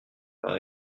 par